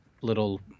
little